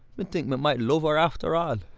me think me might love her after all.